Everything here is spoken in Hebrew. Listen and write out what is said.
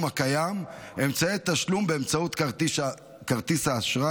הקיים אמצעי תשלום באמצעות כרטיס האשראי.